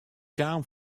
kaam